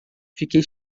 fiquei